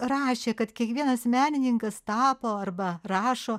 rašė kad kiekvienas menininkas tapo arba rašo